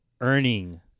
earning